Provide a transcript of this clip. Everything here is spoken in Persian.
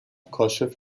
کاشف